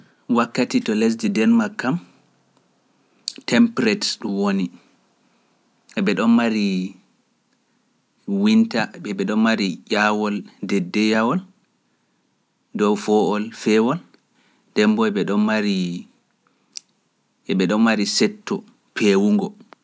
Wakkati to lesdi den makkam tempret woni eɓe ɗon mari winta eɓe ɗon mari ƴawol deddeyawol dow foowol fewol ɗemmbo eɓe ɗon mari eɓe ɗon mari setto peewungo